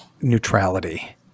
neutrality